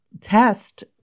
test